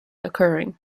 occurring